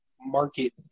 market